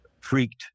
freaked